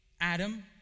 Adam